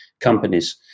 companies